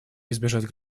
избежать